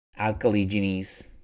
alkaligenes